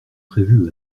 prévues